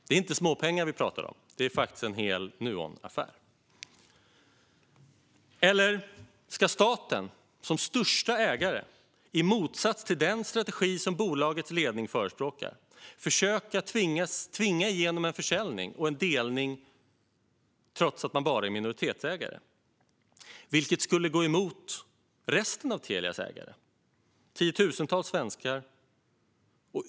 Det inte småpengar vi pratar om; det är faktiskt en hel Nuonaffär. Det andra alternativet innebär att staten som största ägare, i motsats till den strategi som bolagets ledning förespråkar, ska försöka tvinga igenom en försäljning och en delning trots att man bara är minoritetsägare. Det skulle gå emot resten av Telias ägare - tiotusentals svenskar.